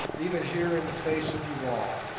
even here in the face of you all.